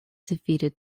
defeated